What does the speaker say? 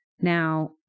Now